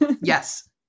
Yes